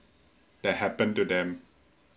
that happened to them